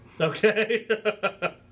Okay